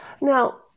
Now